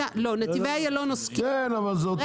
נתיבי איילון זה תל אביב.